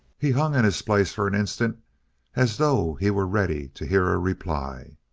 he hung in his place for an instant as though he were ready to hear a reply.